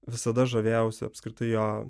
visada žavėjausi apskritai jo